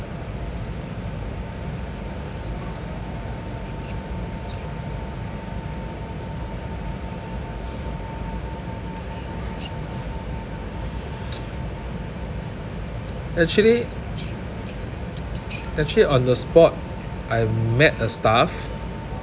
actually actually on the spot I met a staff